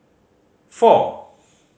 four